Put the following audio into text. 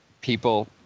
people